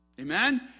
Amen